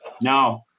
no